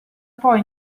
poi